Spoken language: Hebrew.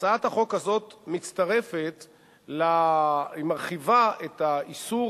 הצעת החוק הזאת מצטרפת ומרחיבה את האיסור